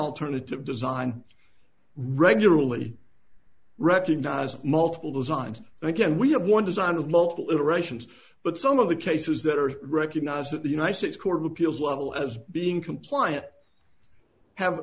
alternative design regularly recognized multiple designs and again we have one design of multiple iterations but some of the cases that are recognized at the united states court of appeals level as being compliant have